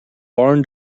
barn